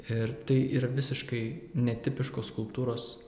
ir tai ir yra visiškai netipiškas skulptūros